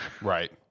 right